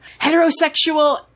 heterosexual